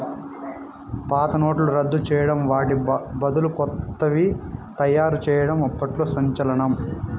పాత నోట్లను రద్దు చేయడం వాటి బదులు కొత్తవి తయారు చేయడం అప్పట్లో సంచలనం